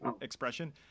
expression